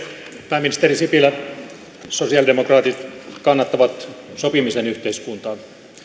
pääministeri sipilä sosialidemokraatit kannattaa sopimisen yhteiskuntaa